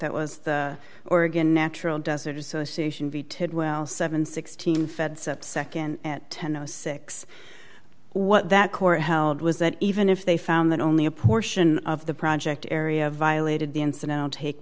that was the oregon natural desert association vetoed well seventy six team feds up nd at ten o six what that court held was that even if they found that only a portion of the project area violated the incident take